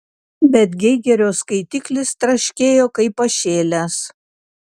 bet geigerio skaitiklis traškėjo kaip pašėlęs